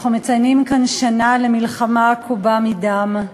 אנחנו מציינים כאן שנה למלחמה עקובה מדם.